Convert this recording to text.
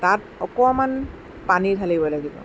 তাত অকণমান পানী ঢালিব লাগিব